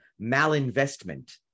malinvestment